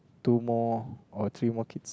two more or three more kids